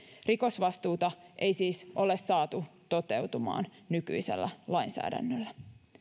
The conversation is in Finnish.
rikosvastuuta ei siis ole saatu toteutumaan nykyisellä lainsäädännöllä